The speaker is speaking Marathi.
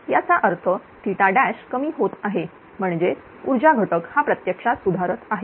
याचा अर्थ कमी होत आहे म्हणजेच ऊर्जा घटक हा प्रत्यक्षात सुधारत आहे